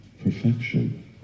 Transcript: Perfection